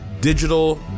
digital